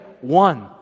One